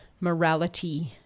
morality